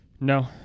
No